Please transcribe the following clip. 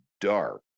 dark